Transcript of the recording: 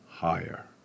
Higher